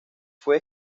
fue